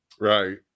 Right